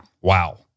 Wow